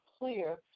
clear